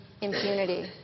impunity